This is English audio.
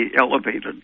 elevated